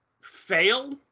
fail